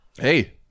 hey